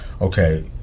okay